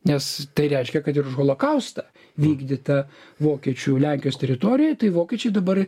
nes tai reiškia kad ir už holokaustą vykdytą vokiečių lenkijos teritorijoje tai vokiečiai dabar